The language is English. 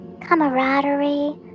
camaraderie